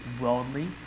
worldly